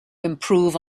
improve